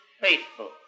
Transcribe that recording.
faithful